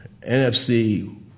NFC